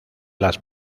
las